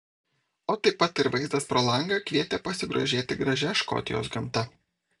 o taip pat ir vaizdas pro langą kvietė pasigrožėti gražia škotijos gamta